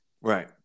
Right